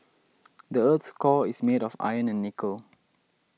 the earth's core is made of iron and nickel